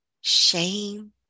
shame